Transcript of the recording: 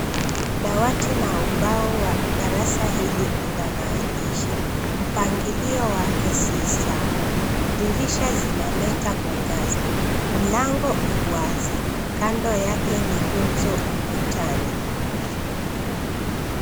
Dawati na ubao wa darasa hili una maandishi. Mpangilio wake si sawa. Dirisha zinaleta mwangaza. Mlango u wazi. Kando yake ni gumzo ukutani.